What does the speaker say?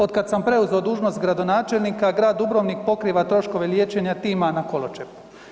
Otkad sam preuzeo dužnost gradonačelnika, grad Dubrovnik pokriva troškove liječenja tima na Koločepu.